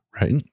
right